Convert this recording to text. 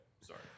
Sorry